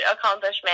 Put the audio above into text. accomplishment